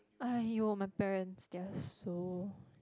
!aiyo! my parents they are so